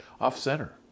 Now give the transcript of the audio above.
Off-center